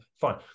fine